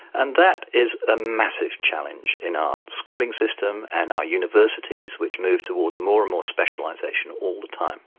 and that is a massive challenge in our schooling system and our universities which move towards more and more specialisation all the time.